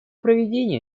проведение